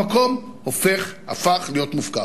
המקום הופך, הפך, להיות מופקר.